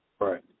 Right